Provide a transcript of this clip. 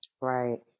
Right